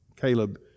Caleb